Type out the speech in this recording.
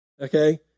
okay